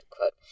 quote